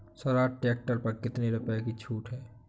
Swaraj tractor पर कितनी रुपये की छूट है?